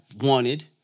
wanted